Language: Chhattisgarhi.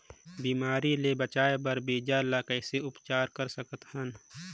बिमारी ले बचाय बर बीजा ल कइसे उपचार कर सकत हन?